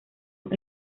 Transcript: sus